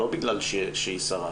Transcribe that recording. לא בגלל שהיא שרה.